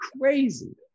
crazy